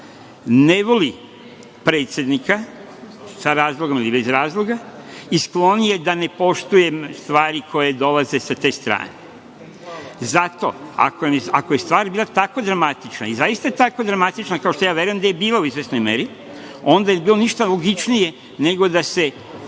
ne voli predsednika, sa razlogom ili bez razloga i sklon je da ne poštuje stvari koje dolaze sa te strane. Zato, ako je stvar bila tako dramatična i zaista je tako dramatična kao što verujem da je bila u izvesnoj meri, onda nije bilo ništa logičnije, nego da se